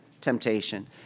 temptation